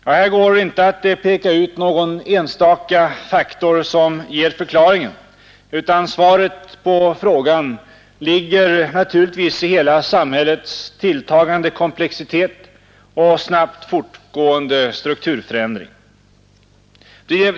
Ja, här går det inte att peka ut någon enstaka faktor som ger förklaringen, utan svaret på frågan ligger naturligtvis i hela samhällets tilltagande komplexitet och snabbt fortgående strukturförändring.